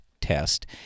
test